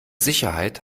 sicherheit